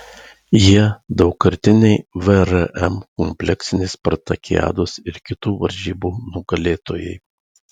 jie daugkartiniai vrm kompleksinės spartakiados ir kitų varžybų nugalėtojai